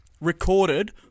recorded